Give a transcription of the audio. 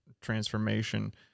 transformation